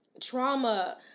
trauma